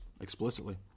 explicitly